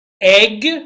egg